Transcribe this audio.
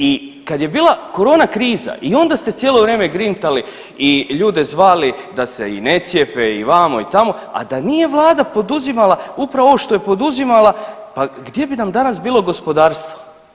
I kad je bila korona kriza i onda ste cijelo vrijeme grintali i ljude zvali da se i ne cijepe i vamo i tamo, a da nije vlada poduzimala upravo ovo što je poduzimala pa gdje bi nam danas bilo gospodarstvo?